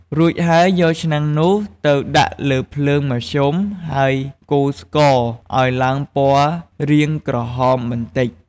រួចហើយយកឆ្នាំងនោះទៅដាក់លើភ្លើងមធ្យម ហើយកូរស្ករឱ្យឡើងពណ៌រាងក្រហមបន្តិច។